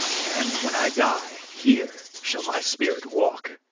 and, when i die, here shall my spirit walk.